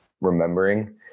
remembering